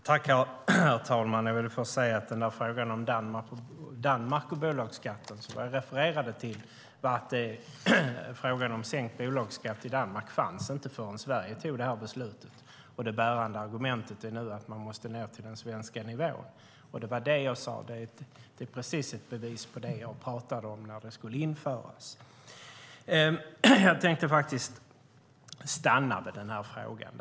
Herr talman! Jag vill först säga något om Danmark och bolagsskatten. Vad jag refererade till var att frågan om sänkt bolagsskatt i Danmark inte fanns förrän Sverige fattade detta beslut. Det bärande argumentet är nu att man måste ned till den svenska nivån. Det var vad jag sade. Det är precis ett bevis på det jag talade om när det skulle införas. Jag tänkte stanna vid den frågan.